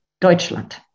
Deutschland